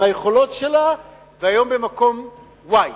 מהיכולות שלה והיום היא במקום y.